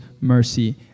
mercy